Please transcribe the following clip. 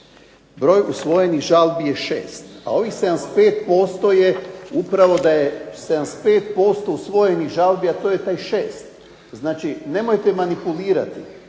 broj usvojenih žalbi je 6, a ovih 75% je upravo da je 75% usvojenih žalbi, a to je taj 6. Znači, nemojte manipulirati.